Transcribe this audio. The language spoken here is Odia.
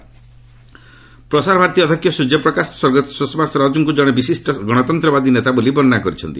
ସ୍ପରାଜ ସ୍ୱର୍ଯ୍ୟ ପ୍ରକାଶ ପ୍ରସାରଭାରତୀ ଅଧ୍ୟକ୍ଷ ସ୍ୱର୍ଯ୍ୟ ପ୍ରକାଶ ସ୍ୱର୍ଗତ ସୁଷମା ସ୍ୱରାଜଙ୍କୁ ଜଣେ ବିଶିଷ୍ଟ ଗଣତନ୍ତ୍ରବାଦୀ ନେତା ବୋଲି ବର୍ଷନା କରିଛନ୍ତି